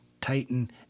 Titan